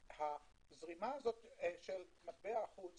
הזרימה הזו של מטבע החוץ